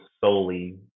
solely